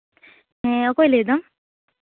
ᱦᱮᱸ ᱚᱠᱚᱭ ᱞᱟᱹᱭᱫᱟᱢ